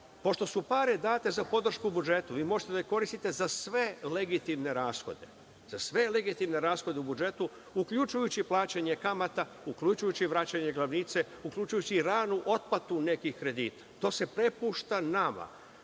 su pare date za podršku budžetu, vi možete da ih koristite za sve legitimne rashode u budžetu, uključujući plaćanje kamata, uključujući vraćanje glavnice, uključujući i ranu otplatu nekih kredita. To se prepušta nama.